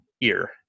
ear